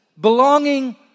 belonging